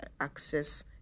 access